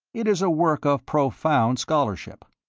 it is a work of profound scholarship.